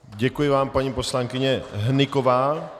Děkuji vám, paní poslankyně Hnyková.